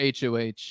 HOH